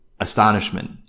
astonishment